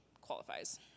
qualifies